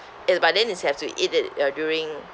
it's but then is have to eat it uh during